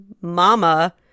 mama